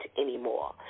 anymore